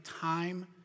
time